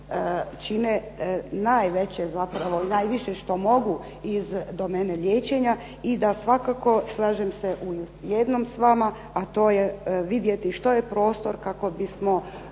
čine najveće zapravo i najviše što mogu iz domene liječenja i da svakako slažem se u jednom s vama a to je vidjeti što je prostor kako bismo